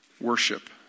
worship